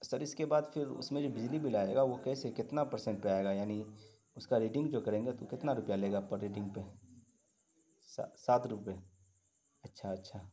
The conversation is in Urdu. سر اس کے بعد پھر اس میں جو بجلی بل آئے گا وہ کیسے کتنا پرسینٹ پہ آئے گا یعنی اس کا ریڈنگ جو کریں گے تو کتنا روپیہ لے گا پر ریڈنگ پہ سات روپئے اچھا اچھا